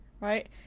right